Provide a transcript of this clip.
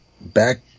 back